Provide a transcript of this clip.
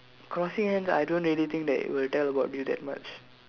crossing hands I don't really think that will tell about you that much